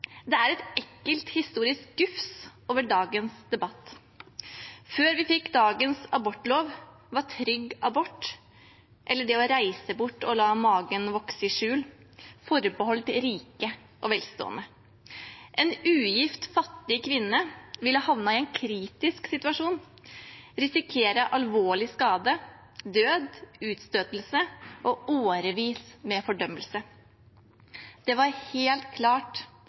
Det er et ekkelt historisk gufs over dagens debatt. Før vi fikk dagens abortlov, var trygg abort, eller det å reise bort og la magen vokse i skjul, forbeholdt rike og velstående. En ugift fattig kvinne ville havnet i en kritisk situasjon, risikere alvorlig skade, død, utstøtelse og årevis med fordømmelse. Det var helt klart